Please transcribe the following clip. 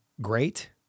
great